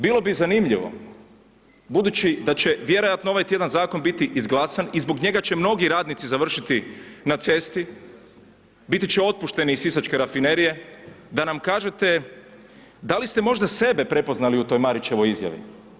Bilo bi zanimljivo, budući da će vjerojatno ovaj tjedan zakon biti izglasan i zbog njega će mnogi radnici završiti na cesti, biti će otpušteni iz Sisačke rafinerije, da nam kažete da li ste možda sebe prepoznali u toj Marićevoj izjavi?